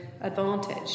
advantage